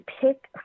pick